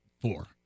four